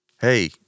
hey